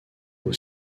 aux